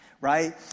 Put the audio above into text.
right